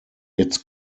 its